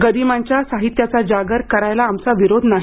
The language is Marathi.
गदिमांच्या साहित्याचा जागर करायला आमचा विरोध नाही